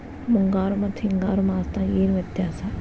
ಮುಂಗಾರು ಮತ್ತ ಹಿಂಗಾರು ಮಾಸದಾಗ ಏನ್ ವ್ಯತ್ಯಾಸ?